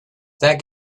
that